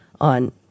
on